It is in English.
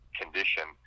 condition